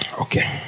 Okay